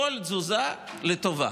כל תזוזה לטובה.